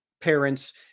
parents